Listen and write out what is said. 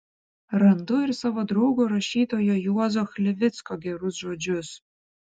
randu ir savo draugo rašytojo juozo chlivicko gerus žodžius